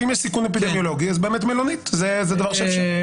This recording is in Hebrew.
ואם יש סיכון אפידמיולוגי אז באמת מלונית זה דבר שאפשר...